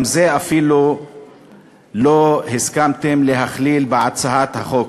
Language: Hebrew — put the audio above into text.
גם את זה אפילו לא הסכמתם להכליל בהצעת החוק.